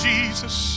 Jesus